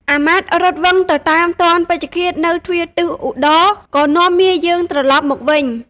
អាមាត្យរត់វឹងទៅតាមទាន់ពេជ្ឈឃាតនៅទ្វារទិសឧត្តរក៏នាំមាយើងត្រឡប់មកវិញ។